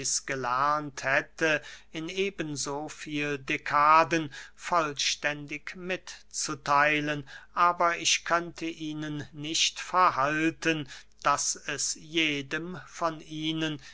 gelernt hätte in eben so viel dekaden vollständig mitzutheilen aber ich könnte ihnen nicht verhalten daß es jedem von ihnen